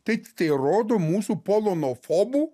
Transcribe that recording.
taip tai rodo mūsų polonofobų